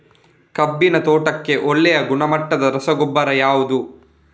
ಕಬ್ಬಿನ ತೋಟಕ್ಕೆ ಒಳ್ಳೆಯ ಗುಣಮಟ್ಟದ ರಸಗೊಬ್ಬರ ಯಾವುದು?